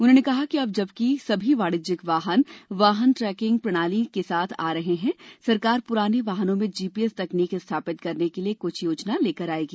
उन्होंने कहा कि अब जबकि सभी वाणिज्यिक वाहन वाहन ट्रैकिंग प्रणाली के साथ आ रहे हैं सरकार पुराने वाहनों में जीपीएस तकनीक स्थापित करने के लिए कुछ योजना लेकर आएगी